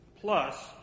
plus